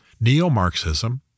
neo-Marxism